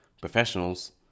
professionals